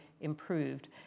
improved